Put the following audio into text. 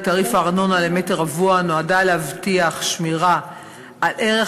לתעריף הארנונה למטר רבוע נועדה להבטיח שמירה על ערך